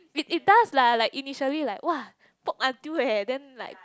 it it does lah like initially like !wah! poke until eh then like